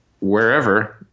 wherever